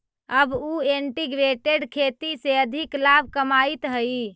अब उ इंटीग्रेटेड खेती से अधिक लाभ कमाइत हइ